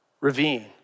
Ravine